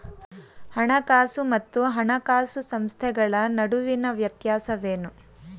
ಹಣಕಾಸು ಮತ್ತು ಹಣಕಾಸು ಸಂಸ್ಥೆಗಳ ನಡುವಿನ ವ್ಯತ್ಯಾಸವೇನು?